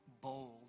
bold